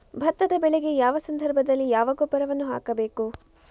ಭತ್ತದ ಬೆಳೆಗೆ ಯಾವ ಸಂದರ್ಭದಲ್ಲಿ ಯಾವ ಗೊಬ್ಬರವನ್ನು ಹಾಕಬೇಕು?